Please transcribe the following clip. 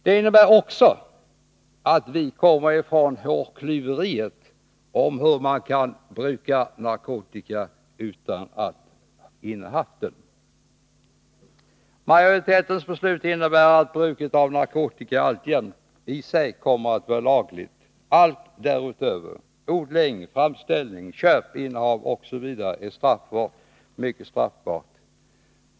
Den innebär också att vi kommer ifrån hårklyveriet om hur man kan bruka narkotika utan att ha innehaft den. Majoritetens beslut innebär att bruket av narkotika i sig alltjämt kommer att vara lagligt. Allt därutöver — odling, framställning, köp, innehav, osv. —- är straffbart, mycket straffbart.